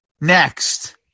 next